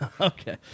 Okay